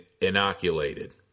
inoculated